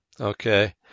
Okay